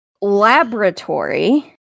laboratory